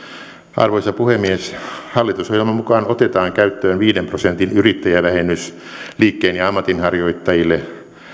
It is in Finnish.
arvoisa puhemies hallitusohjelman mukaan otetaan käyttöön viiden prosentin yrittäjävähennys liikkeen ja ammatinharjoittajille